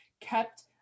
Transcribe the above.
kept